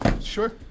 Sure